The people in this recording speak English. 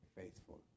faithful